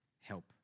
help